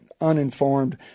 uninformed